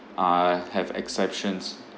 uh have exceptions